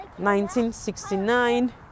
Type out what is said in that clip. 1969